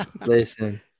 Listen